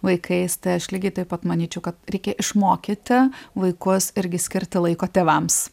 vaikais tai aš lygiai taip pat manyčiau kad reikia išmokyti vaikus irgi skirti laiko tėvams